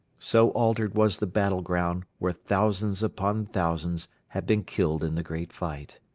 so altered was the battle-ground, where thousands upon thousands had been killed in the great fight.